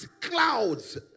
clouds